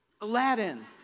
Aladdin